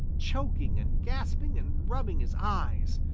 choking and gasping and rubbing his eyes.